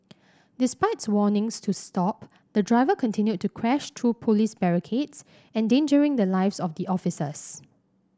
despite warnings to stop the driver continued to crash through police barricades endangering the lives of the officers